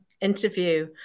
interview